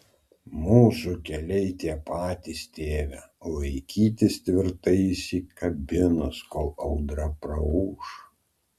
mūsų keliai tie patys tėve laikytis tvirtai įsikabinus kol audra praūš